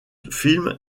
film